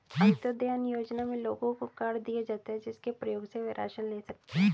अंत्योदय अन्न योजना में लोगों को कार्ड दिए जाता है, जिसके प्रयोग से वह राशन ले सकते है